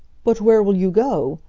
but where will you go?